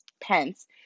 Pence